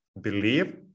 believe